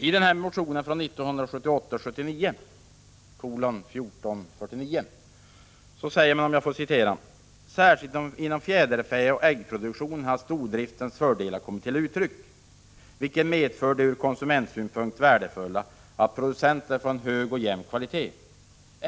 I motion 1978/79:1449 sägs: ”Särskilt inom fjäderfäoch äggproduktionen har stordriftens fördelar kommit till uttryck, vilket medför det ur konsumentsynpunkt värdefulla att produkterna fått en hög och jämn kvalitet.